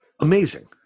amazing